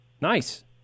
Nice